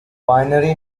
binary